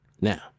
now